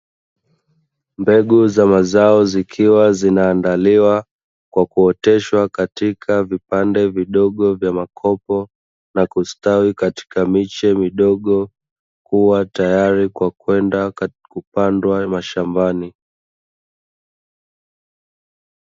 Mbegu za mazao zikiwa zinaandaliwa kwa kuoteshwa katika vipande vidogo vya makopo, na kustawi katika miche midogo kuwa tayari kwa kwenda kupandwa mashambani.